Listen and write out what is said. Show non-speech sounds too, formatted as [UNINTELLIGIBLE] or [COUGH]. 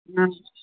[UNINTELLIGIBLE]